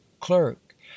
clerk